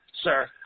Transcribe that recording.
sir